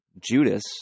Judas